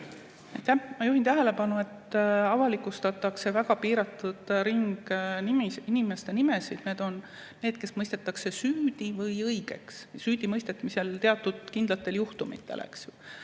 Ma juhin tähelepanu, et avalikustatakse väga piiratud ringi inimeste nimed. Need on need, kes mõistetakse süüdi või õigeks, süüdimõistmisel [tehakse seda] teatud kindlatel juhtumitel.